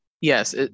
yes